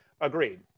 Agreed